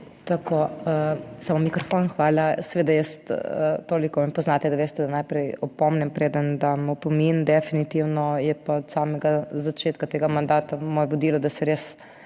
Tako. Samo mikrofon. Hvala. Seveda jaz toliko poznate, da veste, da najprej opomnim, preden dam opomin. Definitivno je pa od samega začetka tega mandata moje vodilo, da se res